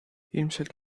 ilmselt